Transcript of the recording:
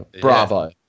bravo